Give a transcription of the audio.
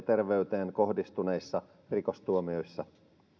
terveyteen kohdistuneiden rikosten tuomioissa